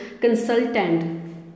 consultant